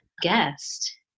guest